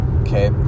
okay